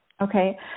okay